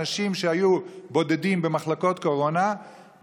אנשים שהיו בודדים במחלקות קורונה,